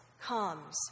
comes